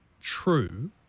true